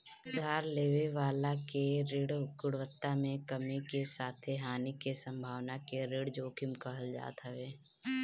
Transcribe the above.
उधार लेवे वाला के ऋण गुणवत्ता में कमी के साथे हानि के संभावना के ऋण जोखिम कहल जात हवे